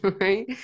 right